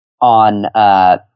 on –